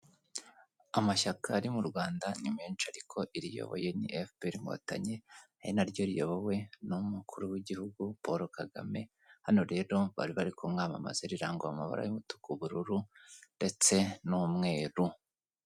Amashyaka ari mu Rwanda ni menshi ariko iriyoboye ni FPR inkotanyi ari naryo riyobowe n'umukuru w'igihugu Paul Kagame, hano rero bari bari kumwamamaza rirangwa mu mabara y'umutuku, ubururu ndetse n'umweru.